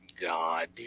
god